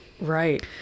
Right